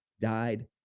died